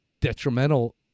detrimental